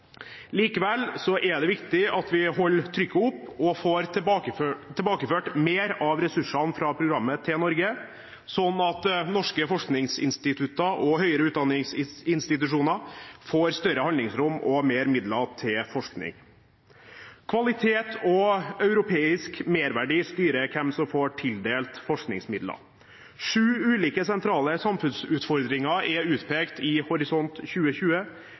Likevel er det viktig at vi holder trykket oppe og får tilbakeført mer av ressursene fra programmet til Norge, slik at norske forskningsinstitutter og høyere utdanningsinstitusjoner får større handlingsrom og mer midler til forskning. Kvalitet og europeisk merverdi styrer hvem som får tildelt forskningsmidler. Sju ulike sentrale samfunnsutfordringer er utpekt i Horisont 2020,